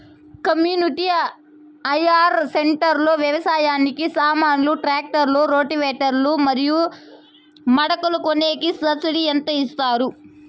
community hire centre లో వ్యవసాయానికి సామాన్లు ట్రాక్టర్లు రోటివేటర్ లు మరియు మడకలు కొనేకి సబ్సిడి ఎంత ఇస్తారు